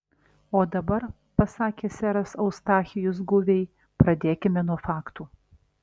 o dabar pasakė seras eustachijus guviai pradėkime nuo faktų